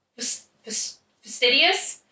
fastidious